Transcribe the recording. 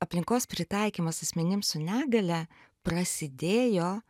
aplinkos pritaikymas asmenims su negalia prasidėjo